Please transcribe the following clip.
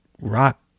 rock